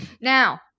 Now